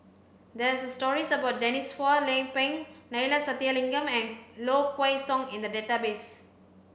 there are stories about Denise Phua Lay Peng Neila Sathyalingam and Low Kway Song in the database